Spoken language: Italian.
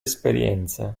esperienze